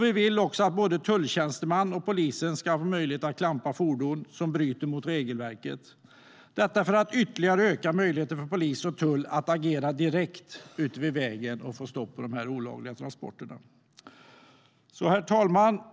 Vi vill också att både tulltjänstemän och polisen ska ha möjlighet att klampa fordon när man bryter mot regelverket för att ytterligare öka möjligheten för polis och tull att agera direkt vid vägen och få stopp på de olagliga transporterna. Herr talman!